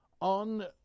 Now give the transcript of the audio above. on